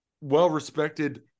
well-respected